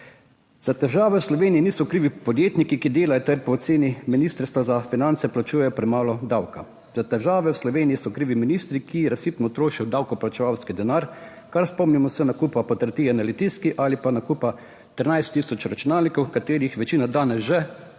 Za težave v Sloveniji niso krivi podjetniki, ki delajo ter po oceni ministrstva za finance plačujejo premalo davka. Za težave v Sloveniji so krivi ministri, ki razsipno trošijo davkoplačevalski denar. Kar spomnimo se nakupa podrtije na Litijski ali pa nakupa 13 tisoč računalnikov, katerih večina danes že brez